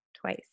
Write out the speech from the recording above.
twice